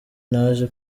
naje